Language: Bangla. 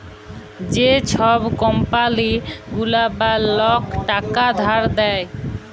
যে ছব কম্পালি গুলা বা লক টাকা ধার দেয়